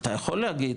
אתה יכול להגיד,